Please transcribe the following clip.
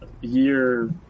year